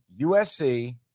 USC